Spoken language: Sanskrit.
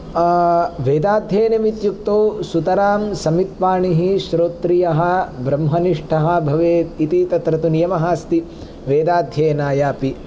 वेदाध्ययनम् इत्युक्तौ सुतरां समिक्पाणिः श्रोत्रीयः ब्रह्मनिष्ठः भवेत् इति तत्र तु नियमः अस्ति वेदाध्ययनाय अपि